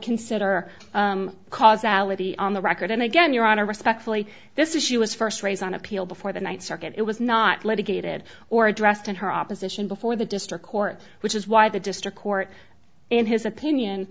consider causality on the record and again your honor respectfully this is she was first raised on appeal before the ninth circuit it was not let a gated or addressed in her opposition before the district court which is why the district court in his opinion